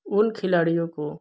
उन खिलाड़ियों को